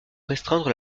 restreindre